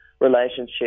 relationship